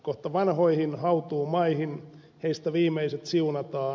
kohta vanhoihin hautuumaihin heistä viimeiset siunataan